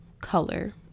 color